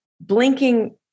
blinking